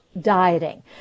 dieting